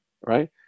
right